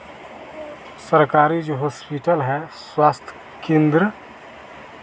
सरकारी जो हॉस्पिटल है स्वास्थ्य केंद्र